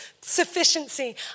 sufficiency